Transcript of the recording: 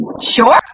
Sure